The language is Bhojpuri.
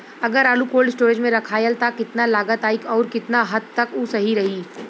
अगर आलू कोल्ड स्टोरेज में रखायल त कितना लागत आई अउर कितना हद तक उ सही रही?